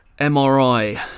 MRI